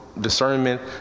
discernment